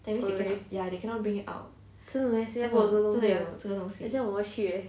really 真的 meh 这样我要去 eh